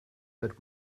that